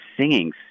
singing